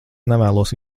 nevēlos